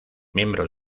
miembros